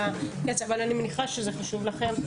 אבל אני מניחה שזה חשוב לכם.